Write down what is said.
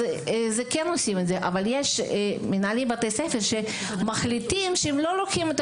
אבל יש מנהלי בתי ספר שמחליטים שהם לא לוקחים את